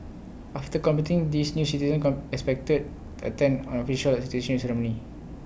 after completing these new citizens come expected attend an official citizenship ceremony